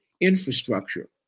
infrastructure